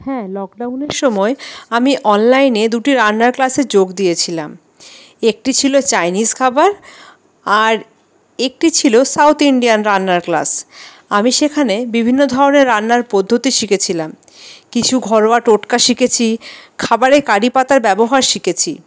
হ্যাঁ লকডাউনের সময় আমি অনলাইনে দুটি রান্নার ক্লাসে যোগ দিয়েছিলাম একটি ছিল চাইনিজ খাবার আর একটি ছিল সাউথ ইন্ডিয়ান রান্নার ক্লাস আমি সেখানে বিভিন্ন ধরনের রান্নার পদ্ধতি শিখেছিলাম কিছু ঘরোয়া টোটকা শিখেছি খাবারে কারি পাতার ব্যবহার শিখেছি